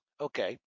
Okay